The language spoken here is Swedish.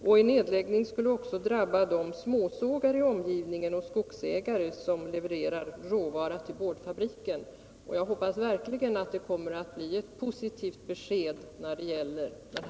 En nedläggning skulle också drabba småsågar i omgivningen och skogsägare som levererar råvara till boardfabriken. Jag hoppas verkligen att det kommer att bli ett positivt besked när det gäller boardfabriken.